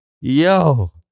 Yo